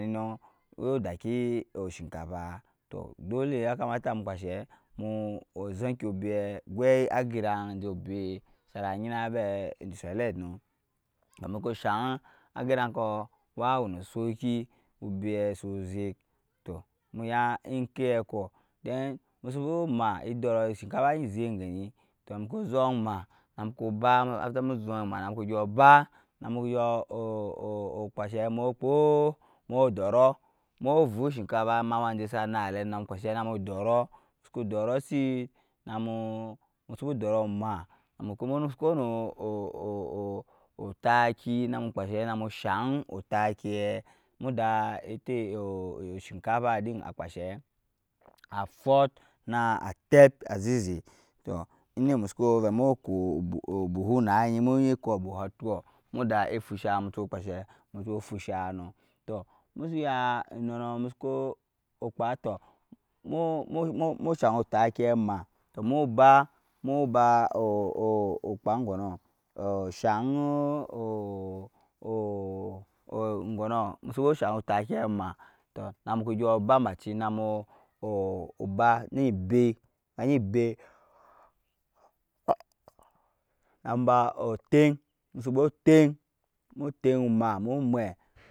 o doki oshinkafa tɔɔ dole yakamata mu kpashɛ mu ozonkin obɛi gwui agirag jɛ obɛi sana enyina vɛ select nɔɔ muku shang agiran wa wonu osoki obɛi su zɛk tɔɔ mu ya enkɛko bhen mu subuma edorɔɔ shinkaafa enyi zɛk gɛni tɔɔ musuku zong ma namuku afber mu ong ma namuku gyo ba numuku kpashe mu kpɔɔ mu dorɔɔ mu vuck shinkafa ma wanjɛ sa nalem namu kpashɛ namu dorɔɔ musuku dorɔɔ sit musuku dorɔɔ ma musuku wɔnu otaki namu kpashɛ namu shang otaki muda shinkafa din akpashɛ afat na attɛp azizɛ tɔɔ indɛ musuku vɛ mu kɔɔ abuhu naenyi mu enyi kɔɔ abuhu akyɔɔ muda effusha musu kpashɛ musu fusha nɔɔ musu ya endɔnɔ musuku kpa tɔɔ mu shang otaki ma tɔɔ mu bai kpa ogɔnɔɔ oshang musumu shang otaki ma tɔɔ namuku gyɔɔ babanchi namu oba enyi bɛi namu ba otɛgk musuba teryk teyk mamu mɛi